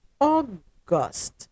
August